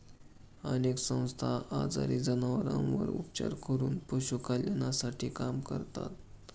अनेक संस्था आजारी जनावरांवर उपचार करून पशु कल्याणासाठी काम करतात